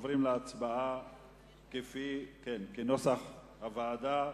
אנחנו עוברים להצבעה כנוסח הוועדה.